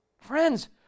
Friends